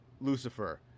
Lucifer